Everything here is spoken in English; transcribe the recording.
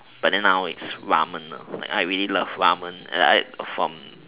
but then now it's ramen I really love ramen from